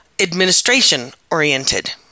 administration-oriented